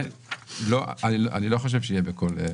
אני לא חושב שיהיה בכל רשות.